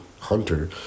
hunter